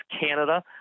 Canada